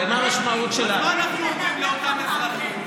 אלקין, אלקין, אז מה אנחנו אומרים לאותם אזרחים?